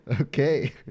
Okay